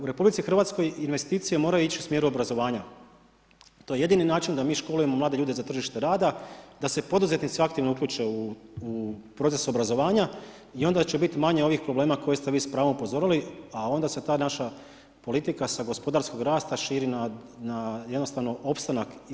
U RH investicije moraju ići u smjeru obrazovanja, to je jedini način da mi školujemo mlade ljude za tržište rada, da se poduzetnici aktivno uključe u proces obrazovanja i onda će biti manje ovih problema koje ste vi s pravom upozorili, a onda se ta naša politika sa gospodarskog rasta širi na opstanak i demografski opstanak RH.